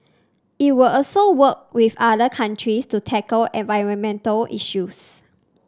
it will also work with other countries to tackle environmental issues